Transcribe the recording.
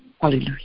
Hallelujah